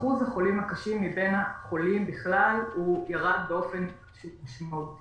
שאחוז החולים הקשים מבין החולים בכלל ירד באופן משמעותי.